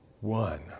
one